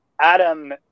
Adam